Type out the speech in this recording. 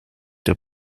der